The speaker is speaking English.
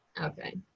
Okay